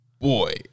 boy